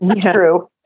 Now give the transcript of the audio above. True